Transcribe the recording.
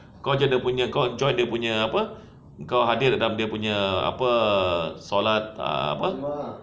kau j~ kau join dia punya apa kau hadir dia punya apa solat apa